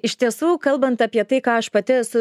iš tiesų kalbant apie tai ką aš pati esu